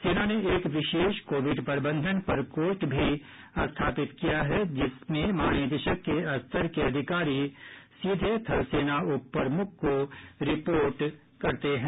सेना ने एक विशेष कोविड प्रबंधन प्रकोष्ठ भी स्थापित किया है जिसमें महानिदेशक के स्तर के अधिकारी सीधे थल सेना उप प्रमुख को रिपोर्ट करते हैं